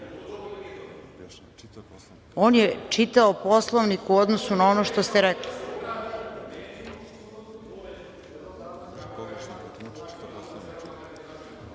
je čitao Poslovnik u odnosu na ono što ste rekli. Ja